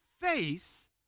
face